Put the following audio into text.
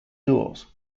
doors